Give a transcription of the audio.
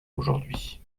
aujourd’hui